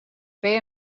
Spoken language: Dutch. twee